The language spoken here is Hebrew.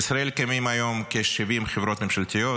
בישראל קיימות היום כ-70 חברות ממשלתיות,